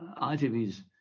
ITV's